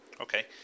Okay